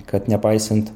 kad nepaisant